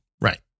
right